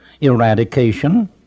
eradication